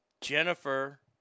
Jennifer